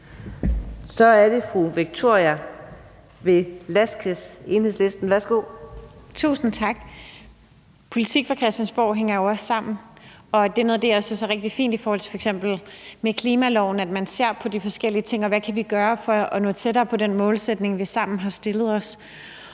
Kl. 21:05 Victoria Velasquez (EL): Tusind tak. Politik på Christiansborg hænger jo også sammen. Det er noget af det, som jeg synes er rigtig fint i forhold til klimalovene, nemlig at man ser på de forskellige ting og siger, hvad vi kan gøre for at nå tættere på den målsætning, vi sammen har stillet os.